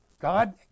God